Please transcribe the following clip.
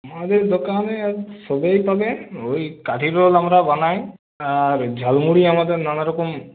আমাদের দোকানে সবই পাবেন ওই কাঠি রোল আমরা বানাই আর ঝালমুড়ি আমাদের নানারকম